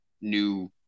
new